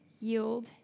yield